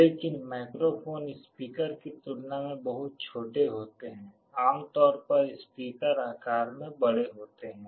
लेकिन microphone speaker की तुलना में बहुत छोटे होते हैं आमतौर पर स्पीकर आकार में बड़े होते हैं